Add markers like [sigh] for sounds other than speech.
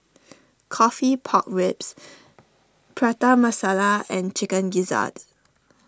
[noise] Coffee Pork Ribs Prata Masala and Chicken Gizzard